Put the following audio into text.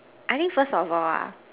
I think first of all ah